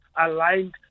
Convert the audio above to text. aligned